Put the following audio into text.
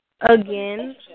Again